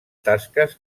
tasques